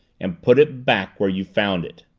and put it back where you found it!